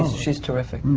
she's terrific.